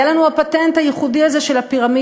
היה לנו הפטנט הייחודי הזה של הפירמידות,